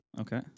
Okay